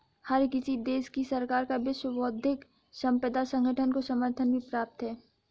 हर किसी देश की सरकार का विश्व बौद्धिक संपदा संगठन को समर्थन भी प्राप्त है